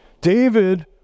David